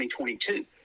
2022